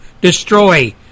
destroy